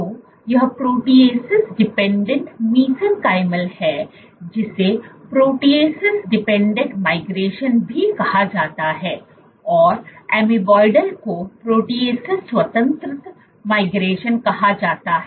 तो यह protease dependent mesenchymal है जिसे प्रोटीएसस डिपेंडेंट माइग्रेशन भी कहा जाता है और एमोएबाइडल को प्रोटीएसस स्वतंत्र माइग्रेशन कहा जाता है